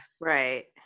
right